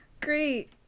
Great